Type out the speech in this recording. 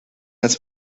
las